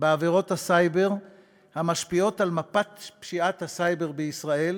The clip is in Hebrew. בעבירות הסייבר המשפיעות על מפת פשיעת הסייבר בישראל,